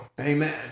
Amen